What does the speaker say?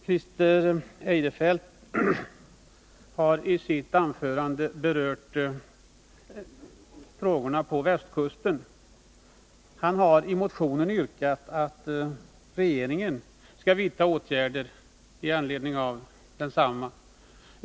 Christer Eirefelt har i sitt anförande berört frågorna om västkusten. I sin motion har han yrkat att regeringen skall vidta åtgärder i anledning av densamma.